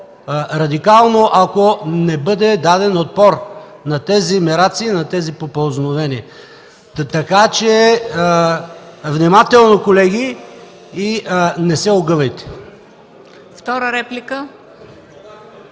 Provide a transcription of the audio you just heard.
ако не бъде даден отпор на тези мераци, на тези попълзновения! Внимателно, колеги! И не се огъвайте!